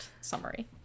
summary